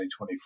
2024